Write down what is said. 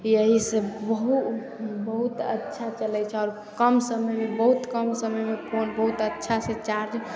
यही से बहुत बहुत अच्छा चलै छै आओर कम समयमे बहुत कम समयमे फोन बहुत अच्छा से चार्ज